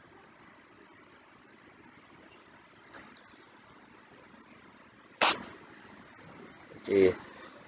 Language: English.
K